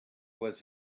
was